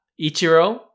Ichiro